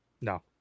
No